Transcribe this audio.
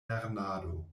lernado